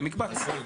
כמקבץ.